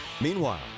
Meanwhile